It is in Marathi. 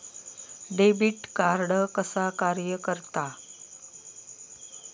डेबिट कार्ड कसा कार्य करता?